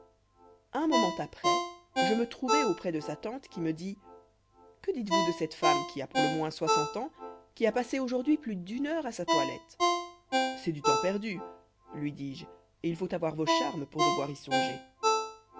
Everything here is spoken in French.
un moment après je me trouvai auprès de sa tante qui me dit que dites-vous de cette femme qui a pour le moins soixante ans qui a passé aujourd'hui plus d'une heure à sa toilette c'est du temps perdu lui dis-je et il faut avoir vos charmes pour devoir y songer